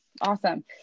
Awesome